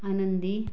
आनंदी